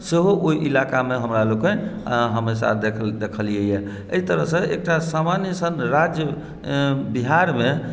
सेहो ओहि इलाकामे हमरा लोकनि हमेशा देखलियैया एहि तरहसॅं एकटा सामान्य सन राज्य बिहारमे